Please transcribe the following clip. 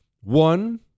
one